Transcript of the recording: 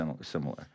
similar